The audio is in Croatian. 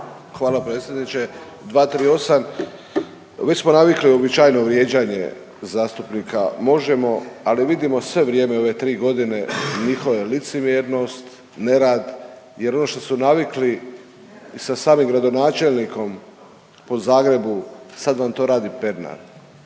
Hvala predsjedniče. 238., mi smo navikli uobičajeno vrijeđanje zastupnika Možemo, ali vidimo sve vrijeme u ove tri godine njihove licemjernost, nerad jer ono što su navikli sa samim gradonačelnikom po Zagrebu sad vam to radi Pernar,